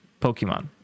Pokemon